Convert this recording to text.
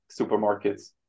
supermarkets